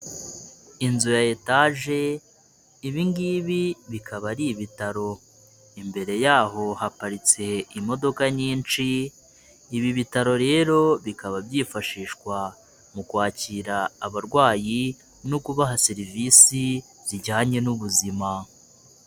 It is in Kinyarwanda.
Inzu ya etaje ibingibi bikaba ari ibitaro, imbere yaho haparitse imodoka nyinshi, ibi bitaro rero bikaba byifashishwa mu kwakira abarwayi no kubaha serivisi zijyanye n'ubuzima.